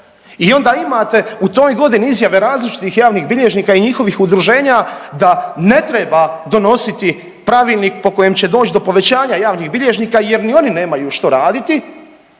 i onda imate u toj godini izjave različitih javnih bilježnika i njihovih udruženja da ne treba donositi pravilnik po kojem će doći do povećanja javnih bilježnika jer ni oni nemaju što raditi,